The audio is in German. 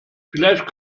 vielleicht